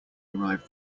arrive